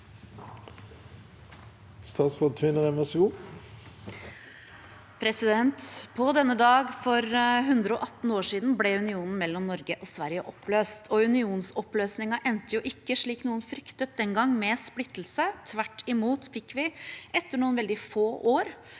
Kristiansen Tvinnereim På denne dag for 118 år siden ble unionen mellom Norge og Sverige oppløst. Unionsoppløsningen endte ikke – slik noen fryktet den gang – med splittelse. Tvert imot fikk vi, etter noen veldig få år,